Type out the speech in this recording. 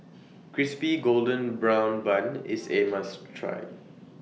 Crispy Golden Brown Bun IS A must Try